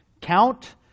count